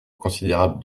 considérable